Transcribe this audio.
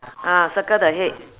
ah circle the head